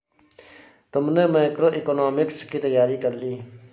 तुमने मैक्रोइकॉनॉमिक्स की तैयारी कर ली?